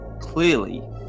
clearly